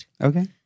Okay